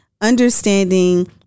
understanding